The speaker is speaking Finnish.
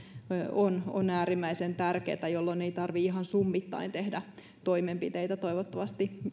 tai liikkumattomuus on äärimmäisen tärkeätä jolloin ei tarvitse ihan summittain tehdä toimenpiteitä